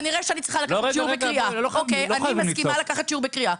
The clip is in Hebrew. כנראה שאני צריכה לקחת שיעור בקריאה.